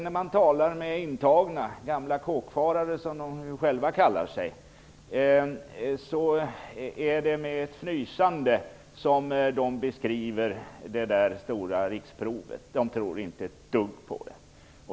När man talar med intagna, eller kåkfarare som de själva kallar sig, är det med ett fnysande de beskriver det stora riksprovet. De tror inte ett dugg på det.